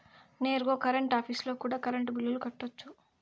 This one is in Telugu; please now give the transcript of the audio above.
నేరుగా కరెంట్ ఆఫీస్లో కూడా కరెంటు బిల్లులు కట్టొచ్చు